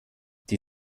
die